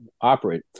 operate